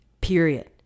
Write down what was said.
Period